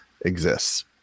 exists